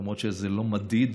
למרות שזה לא מדיד,